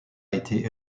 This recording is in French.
été